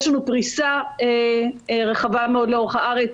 יש לנו פרישה רחבה מאוד לאורך הארץ,